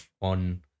on